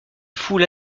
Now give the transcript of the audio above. foules